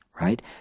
right